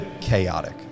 chaotic